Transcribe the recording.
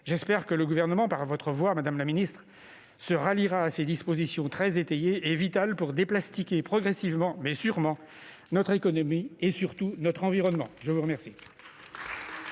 J'espère que le Gouvernement, par votre voix, madame la secrétaire d'État, se ralliera à ces dispositions très étayées et vitales pour « déplastiquer » progressivement, mais sûrement, notre économie, et surtout notre environnement. La parole